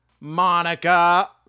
Monica